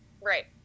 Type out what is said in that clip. Right